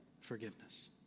forgiveness